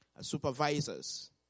supervisors